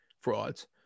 Frauds